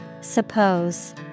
Suppose